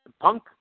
Punk